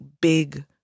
big